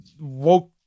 woke